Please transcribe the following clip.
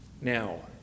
Now